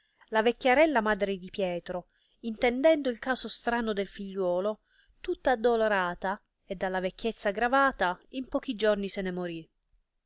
la vecchiarella madre di pietro intendendo il caso strano del figliuolo tutta addolorata e dalla vecchiezza gravata in pochi giorni se ne morì